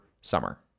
summer